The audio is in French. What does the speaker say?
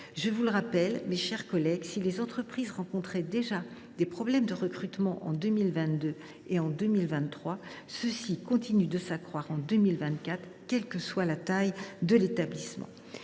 Je vous rappelle, mes chers collègues, que, si les entreprises rencontraient déjà des problèmes de recrutement en 2022 et en 2023, ceux ci continuent de s’accroître en 2024, quelle que soit la taille de l’établissement